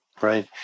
Right